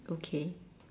okay